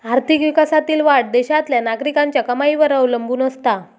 आर्थिक विकासातील वाढ देशातल्या नागरिकांच्या कमाईवर अवलंबून असता